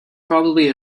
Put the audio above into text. probably